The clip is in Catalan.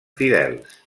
fidels